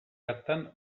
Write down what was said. hartan